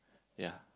ya